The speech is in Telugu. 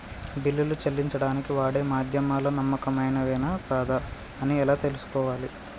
బిల్లులు చెల్లించడానికి వాడే మాధ్యమాలు నమ్మకమైనవేనా కాదా అని ఎలా తెలుసుకోవాలే?